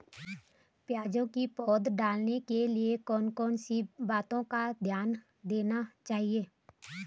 प्याज़ की पौध डालने के लिए कौन कौन सी बातों का ध्यान देना चाहिए?